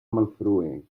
malfrue